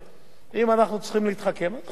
אם אנחנו צריכים להתחכם אנחנו נתחכם.